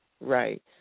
Right